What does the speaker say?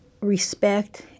respect